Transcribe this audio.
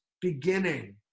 beginning